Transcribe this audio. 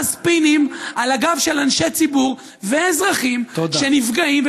ספינים על הגב של אנשי ציבור ואזרחים שנפגעים,